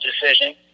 decision